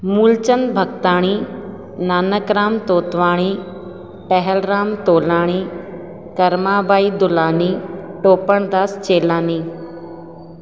Moolchand Bhagtani Nanak Ram Totwani Pahalram Tolani Karma Bai Dulani Topan Das Chelani